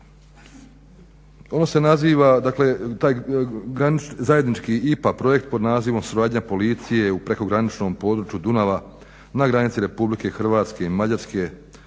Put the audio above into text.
On se naziva, dakle taj zajednički IPA projekt pod nazivom suradnja policije u prekograničnom području Dunava na granici Republike Hrvatske i Mađarske